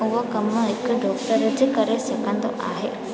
उहो कमु हिकु डॉक्टर जे करे सघंदो आहे